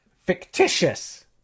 Fictitious